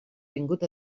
vingut